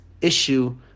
issue